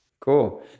Cool